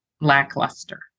lackluster